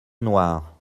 noire